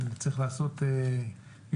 ואם צריך לעשות יותר,